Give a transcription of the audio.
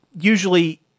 usually